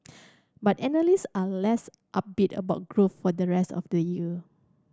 but analyst are less upbeat about growth for the rest of the year